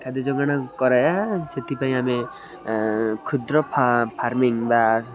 ଖାଦ୍ୟ ଯୋଗାଣ କରାଯାଏ ସେଥିପାଇଁ ଆମେ କ୍ଷୁଦ୍ର ଫାର୍ମିଂ ବା